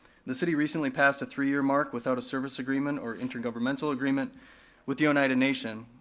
the city recently passed a three year mark without a service agreement or intergovernmental agreement with the oneida nation.